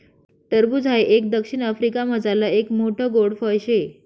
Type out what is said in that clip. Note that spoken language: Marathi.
टरबूज हाई एक दक्षिण आफ्रिकामझारलं एक मोठ्ठ गोड फळ शे